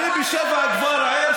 אני ב-07:00 כבר ער,